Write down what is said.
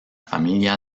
familia